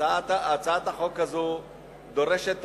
הצעת החוק הזאת דורשת תקציב,